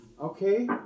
Okay